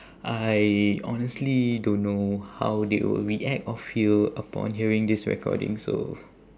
I honestly don't know how they will react or feel upon hearing this recording so